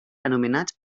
anomenats